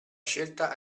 scelta